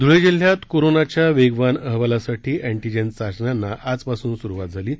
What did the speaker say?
धुळे जिल्ह्यात कोरोनाच्या वेगवान अहवालासाठी अँटीजेन चाचण्यांना आज पासून सुरुवात करण्यात आली आहे